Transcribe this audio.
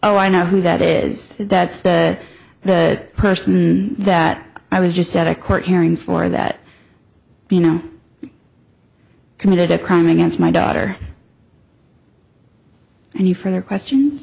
oh i know who that is that's that that person that i was just at a court hearing for that you know committed a crime against my daughter and you for their questions